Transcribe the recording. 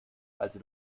also